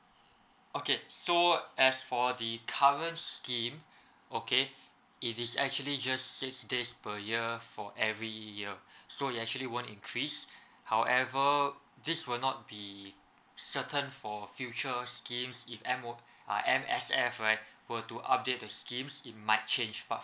okay so as for the current scheme okay it is actually just six days per year for every year so it actually won't increase however this will not be certain for future scheme if M O uh M_S_F right were to update the schemes it might change but